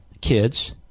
kids